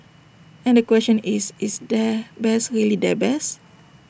and the question is is their best really their best